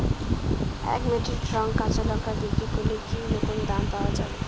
এক metric ton কাঁচা লঙ্কা বিক্রি করলে কি রকম দাম পাওয়া যাবে?